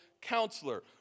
counselor